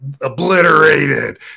obliterated